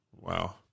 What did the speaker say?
Wow